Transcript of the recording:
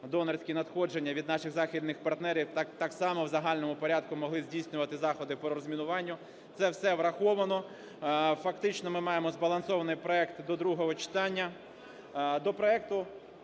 донорські надходження від наших західних партнерів, так само в загальному порядку могли здійснювати заходи по розмінуванню. Це все враховано. Фактично ми маємо збалансований проект до другого читання.